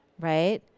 right